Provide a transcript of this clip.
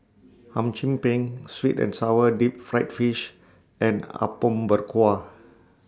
Hum Chim Peng Sweet and Sour Deep Fried Fish and Apom Berkuah